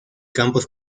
campos